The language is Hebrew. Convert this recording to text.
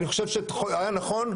אני חושב שהיה נכון,